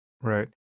Right